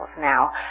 now